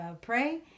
pray